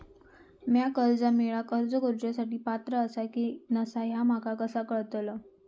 म्या कर्जा मेळाक अर्ज करुच्या साठी पात्र आसा की नसा ह्या माका कसा कळतल?